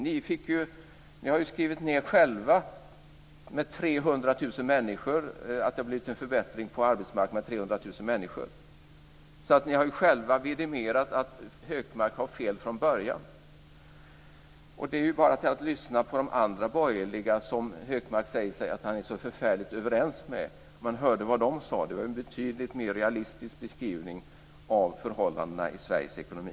Moderaterna har ju själva skrivit ned att det har skett en förbättring på arbetsmarknaden med 300 000 människor. De har alltså själva vidimerat att Hökmark har fel från början. Hökmark säger ju att han är förfärligt överens med de andra borgerliga, men när man lyssnade till vad de sade hörde man att de hade en betydligt mer realistisk beskrivning av förhållandena i Sveriges ekonomi.